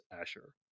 Asher